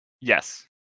Yes